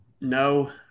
No